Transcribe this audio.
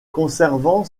conservant